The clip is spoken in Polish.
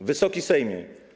Wysoki Sejmie!